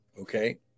Okay